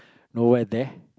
nowhere there